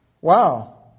Wow